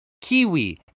Kiwi